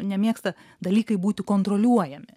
nemėgsta dalykai būti kontroliuojami